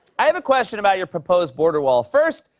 i have a question about your proposed border wall. first,